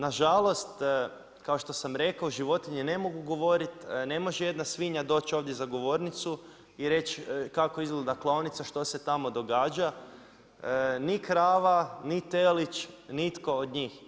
Nažalost, kao što sam rekao, životinje ne mogu govoriti, ne može jedna svinja doći ovdje za govornicu i reći kako izgleda klaonica, što se tamo događa, ni krava, ni telić, nitko od njih.